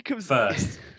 first